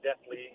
deathly